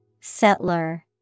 Settler